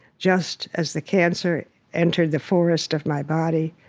just as the cancer entered the forest of my body,